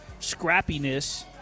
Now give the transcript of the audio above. scrappiness